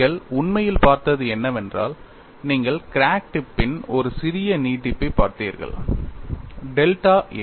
நீங்கள் உண்மையில் பார்த்தது என்னவென்றால் நீங்கள் கிராக் டிப்பின் ஒரு சிறிய நீட்டிப்பைப் பார்த்தீர்கள் டெல்டா a